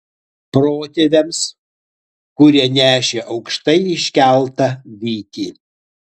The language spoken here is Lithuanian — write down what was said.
protėviams kurie nešė aukštai iškeltą vytį